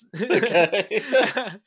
okay